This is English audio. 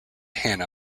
hanna